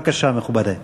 בבקשה, מכובדי.